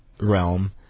realm